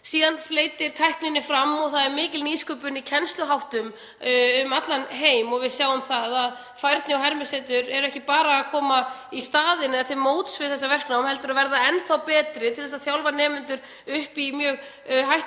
Síðan fleygir tækninni fram og það er mikil nýsköpun í kennsluháttum um allan heim. Við sjáum að færni- og hermisetur eru ekki bara að koma í staðinn eða til móts við verknám heldur eru þau að verða enn þá betri í að þjálfa nemendur upp í mjög hættulegum